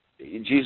Jesus